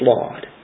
flawed